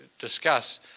discuss